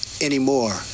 Anymore